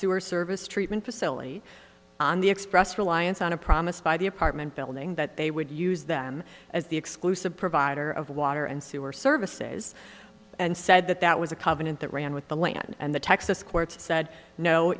sewer service treatment facility on the express reliance on a promise by the apartment building that they would use them as the exclusive provider of water and sewer services and said that that was a covenant that ran with the land and the texas courts said no